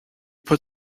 put